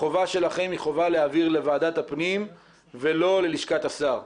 החובה שלכם היא חובה להעביר לוועדת הפנים ולא ללשכת השר.